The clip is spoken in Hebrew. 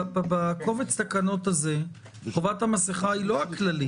בקובץ תקנות הזה חובת המסכה היא לא רק הכללית,